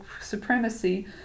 supremacy